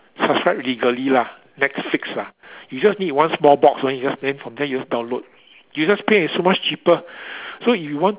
subscribe legally lah netflix lah you just need one small box only just then from there you just download you just pay it's so much cheaper so if you want